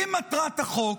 אם מטרת החוק